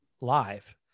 live